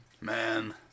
man